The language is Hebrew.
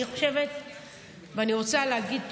אני רוצה להגיד תודה,